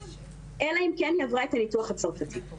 אלא אם היא עברה את הניתוח הצרפתי.